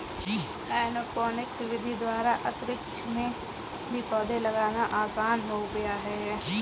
aeroponics विधि द्वारा अंतरिक्ष में भी पौधे लगाना आसान हो गया है